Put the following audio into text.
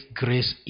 grace